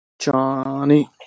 Johnny